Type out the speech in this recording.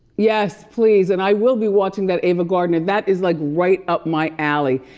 yes, please and i will be watching that ava gardner, that is like right up my alley.